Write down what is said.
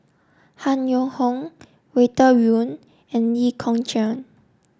Han Yong Hong Walter Woon and Lee Kong Chian